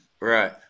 Right